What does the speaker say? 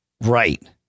Right